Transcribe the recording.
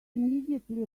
immediately